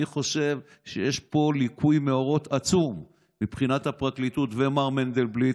אני חושב שיש פה ליקוי מאורות עצום מבחינת הפרקליטות ומר מנדלבליט.